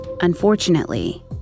Unfortunately